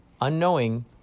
unknowing